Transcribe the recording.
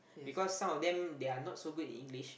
because some of them they are not so good in English